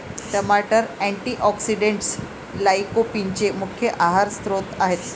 टमाटर अँटीऑक्सिडेंट्स लाइकोपीनचे मुख्य आहार स्त्रोत आहेत